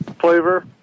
flavor